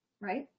right